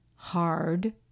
hard